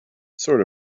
sort